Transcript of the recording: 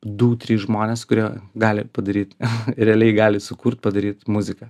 du trys žmonės kurie gali padaryt realiai gali sukurt padaryt muziką